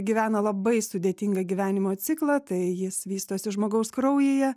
gyvena labai sudėtingą gyvenimo ciklą tai jis vystosi žmogaus kraujyje